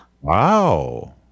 Wow